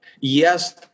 yes